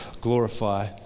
glorify